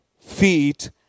feet